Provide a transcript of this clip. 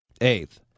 eighth